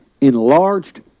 enlarged